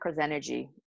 energy